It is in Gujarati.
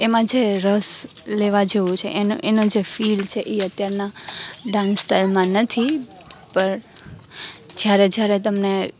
એમાં જે રસ લેવા જેવો છે એનો એનો જે ફીલ છે એ અત્યારના ડાન્સ સ્ટાઈલમાં નથી પણ જ્યારે જ્યારે તમને